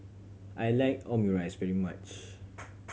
I like Omurice very much